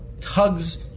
tug's